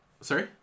Sorry